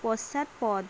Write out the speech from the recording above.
পশ্চাৎ পদ